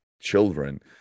children